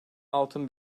altın